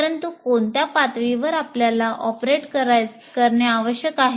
परंतु कोणत्या पातळीवर आपल्याला ऑपरेट करणे आवश्यक आहे